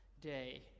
day